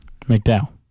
McDowell